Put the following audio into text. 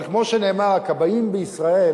אבל כמו שנאמר, הכבאים בישראל,